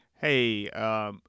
hey